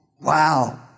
Wow